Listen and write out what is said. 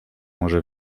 może